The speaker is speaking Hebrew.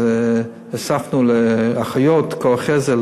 הוספנו לאחיות כוח עזר,